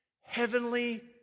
heavenly